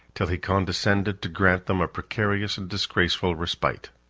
till he condescended to grant them a precarious and disgraceful respite.